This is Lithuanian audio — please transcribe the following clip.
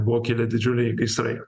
buvo kilę didžiuliai gaisrai